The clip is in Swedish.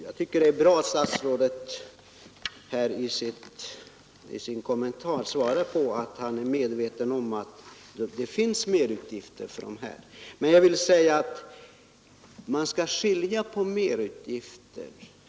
Jag tycker att det är bra att statsrådet i sin kommentar säger att han är medveten om att det finns merutgifter för dessa ungdomar. Men jag vill säga att man skall skilja på merutgifter.